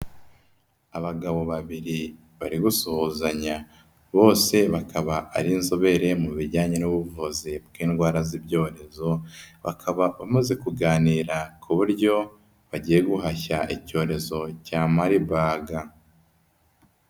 Abagabo babiri bari gusuzanya, bose bakaba ari inzobere mu bijyanye n'ubuvuzi bw'indwara z'ibyorezo, bakaba bamaze kuganira ku buryo bagiye guhashya icyorezo cya Marburg.